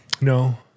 No